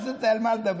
אז היה על מה לדבר.